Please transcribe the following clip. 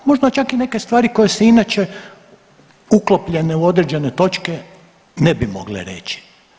Možda čak i neke stvari koje se inače uklopljene u određene točke ne bi mogle reći.